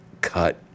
cut